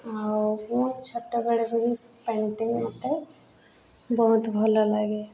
ଆଉ ମୁଁ ଛୋଟବେଳରୁ ହିଁ ପେଣ୍ଟିଂ ମୋତେ ବହୁତ ଭଲ ଲାଗେ